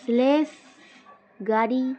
sledge গাড়ি